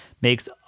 makes